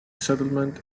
settlement